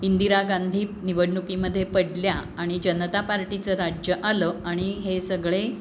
इंदिरा गांधी निवडणुकीमध्ये पडल्या आणि जनता पार्टीचं राज्य आलं आणि हे सगळे